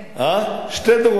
שני דורות.